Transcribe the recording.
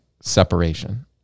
separation